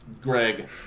Greg